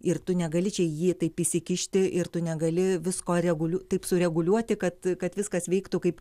ir tu negali čia į jį taip įsikišti ir tu negali visko regul taip sureguliuoti kad kad viskas veiktų kaip